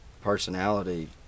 personality